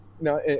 No